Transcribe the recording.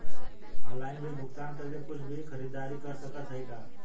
Online bill भुगतान करके कुछ भी खरीदारी कर सकत हई का?